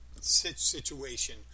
situation